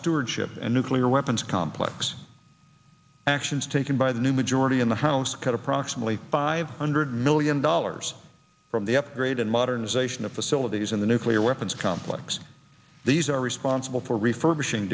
stewardship and nuclear weapons complex actions taken by the new majority in the house cut approximately five hundred million dollars from the upgrade and modernization of facilities in the nuclear weapons complex these are responsible for refurbishing